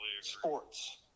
sports